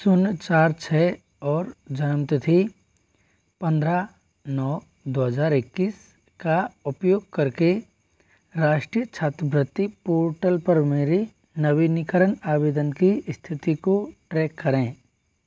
शून्य चार छ और जनमतिथि पंद्रह नौ दो हज़ार इक्कीस का उपयोग करके राष्ट्रीय छात्रवृत्ति पोर्टल पर मेरी नवीनीकरण आवेदन की स्थिति को ट्रैक करें